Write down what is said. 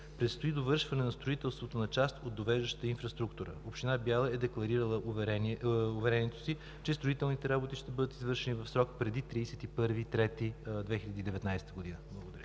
Предстои довършване на строителството на част от довеждащата инфраструктура. Община Бяла е декларирала уверението си, че строителните работи ще бъдат извършени в срок преди 31 март 2019 г. Благодаря